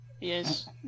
Yes